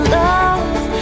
love